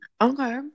Okay